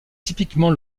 typiquement